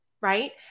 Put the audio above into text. Right